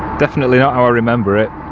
definitely not how i remember it